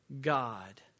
God